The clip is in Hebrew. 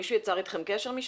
מישהו משם יצר אתכם קשר?